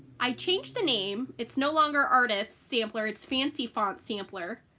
i changed the name it's no longer ardith's sampler it's fancy font sampler,